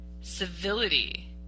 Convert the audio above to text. civility